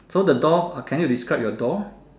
so the door can you describe your door